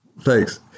Thanks